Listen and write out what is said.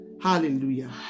Hallelujah